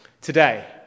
today